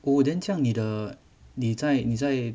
oh then 这样你的你在你在